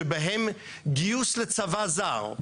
שבהן גיוס לצבא זר,